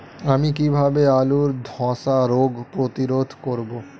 আমি কিভাবে আলুর ধ্বসা রোগ প্রতিরোধ করব?